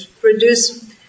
produce